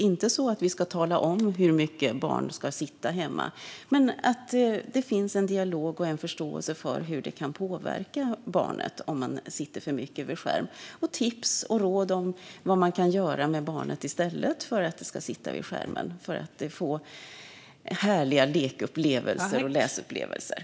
Vi ska inte tala om hur mycket barn ska sitta vid skärm hemma, men det kan finnas en dialog och en förståelse för hur det kan påverka barn att sitta där för mycket. Tips och råd kan ges om vad man kan göra med barnet för att det ska få härliga lek och läsupplevelser i stället för att sitta vid en skärm.